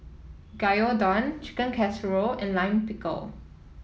Gyudon Chicken Casserole and Lime Pickle